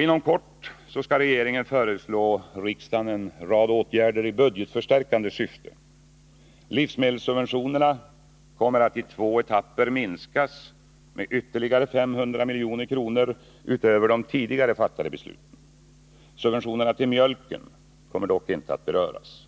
Inom kort skall regeringen föreslå riksdagen en rad åtgärder i budgetförstärkande syfte. Livsmedelssubventionerna kommer att i två etapper minskas med ytterligare 500 milj.kr. utöver de tidigare fattade besluten. Subventionerna till mjölken kommer dock inte att beröras.